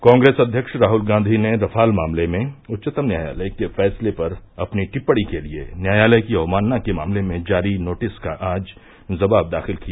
कांग्रेस अध्यक्ष राहुल गांधी ने रफाल मामले में उच्चतम न्यायालय के फैसले पर अपनी टिपणी के लिए न्यायालय की अवमानना के मामले में जारी नोटिस का आज जवाब दाखिल किया